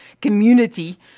community